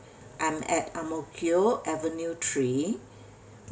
I'm at ang mo kio avenue three